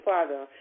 Father